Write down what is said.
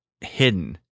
hidden